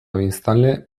biztanle